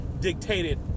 dictated